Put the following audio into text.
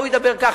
ההוא ידבר כך?